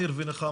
שניר ונחמה,